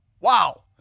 wow